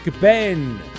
Ben